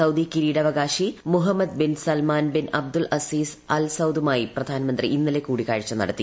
Saudi കിരീടാവകാശി Muhammad bin Salman bin Abdul Azeez അൽ സൌദുമായി പ്രധാനമന്ത്രി നരേന്ദ്രമോദി ഇന്നലെ കൂടിക്കാഴ്ച നടത്തി